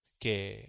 que